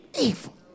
evil